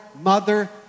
mother